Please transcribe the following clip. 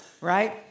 Right